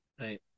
Right